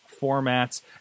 formats